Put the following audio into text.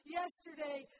yesterday